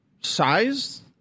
size